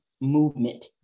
movement